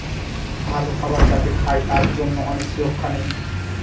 ভালো খাবার যাতে খায় তার জন্যে অনেক সুরক্ষা নেয়